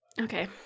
Okay